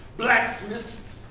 blacksmiths,